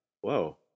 Whoa